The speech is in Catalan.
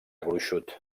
gruixut